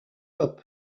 hop